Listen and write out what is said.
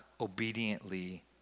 obediently